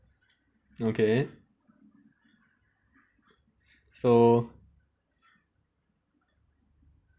okay so